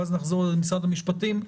ואז נחזור למשרד המשפטים.